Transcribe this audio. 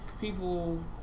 People